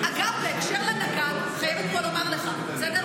אני אומרת לכם את זה שנתיים, שנתיים.